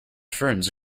ferns